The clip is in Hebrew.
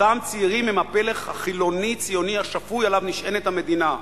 "אותם צעירים הם הפלח החילוני-ציוני השפוי עליו נשענת המדינה,